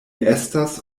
estas